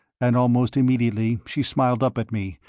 and almost immediately she smiled up at me,